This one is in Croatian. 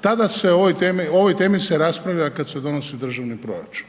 tada se o ovoj temi, o ovoj temi se raspravlja kada se donosi državni proračun,